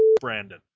Brandon